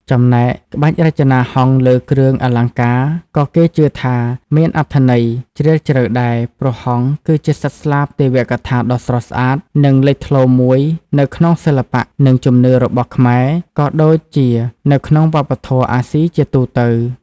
ចំណែក ក្បាច់រចនាហង្សលើគ្រឿងអលង្ការក៏គេជឿថាមានអត្ថន័យជ្រាលជ្រៅដែរ ព្រោះហង្ស គឺជាសត្វស្លាបទេវកថាដ៏ស្រស់ស្អាត និងលេចធ្លោមួយនៅក្នុងសិល្បៈ និងជំនឿរបស់ខ្មែរ ក៏ដូចជានៅក្នុងវប្បធម៌អាស៊ីជាទូទៅ។